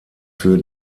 für